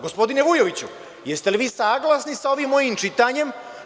Gospodine Vujoviću, jeste li vi saglasni sa ovim mojim čitanjem?